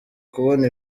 kubona